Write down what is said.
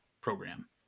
program